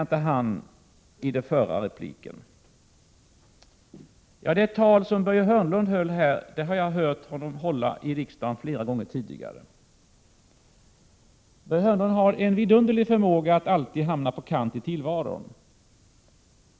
Det tal som Börje Hörnlund höll här nyss har jag hört honom hålla i riksdagen flera gånger tidigare. Börje Hörnlund har en förunderlig förmåga att alltid hamna på kant i tillvaron.